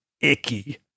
icky